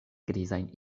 grizajn